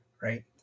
Right